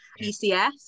PCS